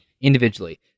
Individually